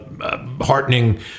heartening